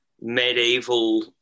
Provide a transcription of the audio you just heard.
medieval